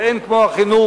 שהרי אין כמו החינוך,